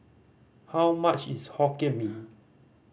how much is Hokkien Mee